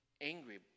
angry